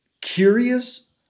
curious